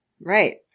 Right